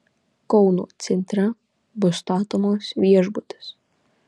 kauno centre bus statomas viešbutis